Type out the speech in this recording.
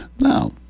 Now